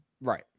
Right